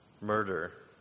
murder